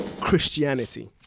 christianity